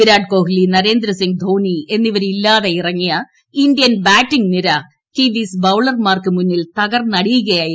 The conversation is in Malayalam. വിരാട് കോഹ്ലി മഹേന്ദ്ര സിംഗ് ധോണി എന്നിവർ ഇല്ലാതെ ഇറങ്ങിയ ഇന്ത്യൻ ബാറ്റിംഗ് നിര കിവീസ് ബൌളർമാർക്ക് മുന്നിൽ തകർന്നടിയുകയായിരുന്നു